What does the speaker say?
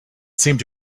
seemed